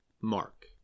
Mark